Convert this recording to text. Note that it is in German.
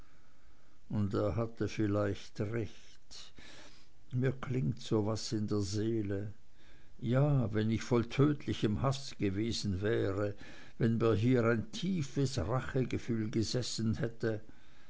und er hatte vielleicht recht mir klingt so was in der seele ja wenn ich voll tödlichem haß gewesen wäre wenn mir hier ein tiefes rachegefühl gesessen hätte